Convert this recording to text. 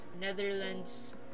netherlands